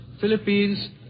Philippines